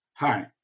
Hi